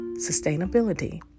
sustainability